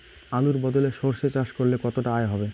আলুর বদলে সরষে চাষ করলে কতটা আয় হবে?